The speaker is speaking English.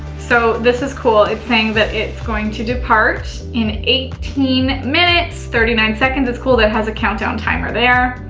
so this is cool. it's saying that it's going to depart in eighteen minutes thirty nine seconds. its cool that it has a countdown timer there.